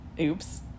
Oops